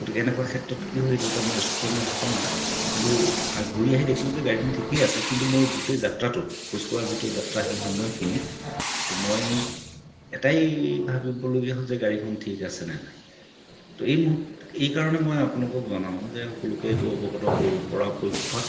গতিকে এনকুৱা ক্ষেত্ৰত কি হয় এইটো এটা মোৰ স্মৰণীয় ঘটনা কিন্তু ঘূৰি আহি দেখিলো যে গাড়ীখন ঠিকেই আছে কিন্তু মোৰ গোটেই যাত্ৰাটোত খোজকঢ়া যিটো যাত্ৰা সেই সময়খিনিত মই এটাই ভাবিবলগীয়া হ'ল যে গাড়ীখন ঠিক আছেনে নাই তো এই এইকাৰণে মই আপোনালোকক জনাও যে সকলোকে এইটো অৱগত কৰোঁ পৰাপক্ষত